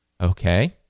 okay